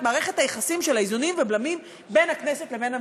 את מערכת היחסים של האיזונים והבלמים בין הכנסת לבין הממשלה,